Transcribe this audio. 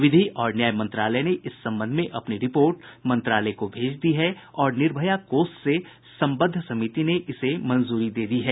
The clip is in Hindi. विधि और न्याय मंत्रालय ने इस संबंध में अपनी रिपोर्ट मंत्रालय को भेज दी है और निर्भया कोष से संबद्ध समिति ने इसे मंजूरी दे दी है